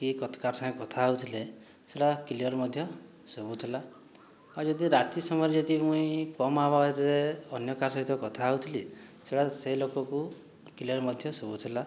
କି କଥ କାହାର ସାଙ୍ଗେ କଥା ହଉଥିଲେ ସେଟା କ୍ଲିୟର ମଧ୍ୟ ଶୁଭୁଥିଲା ଆଉ ଯଦି ରାତି ସମୟରେ ଯଦି ମୁଇଁ କମ୍ ଆବାଜରେ ଅନ୍ୟ କାହା ସହିତ କଥା ହଉଥିଲି ସେଇଟା ସେ ଲୋକକୁ କ୍ଲିଅର ମଧ୍ୟ ଶୁଭୁଥିଲା